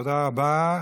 תודה רבה.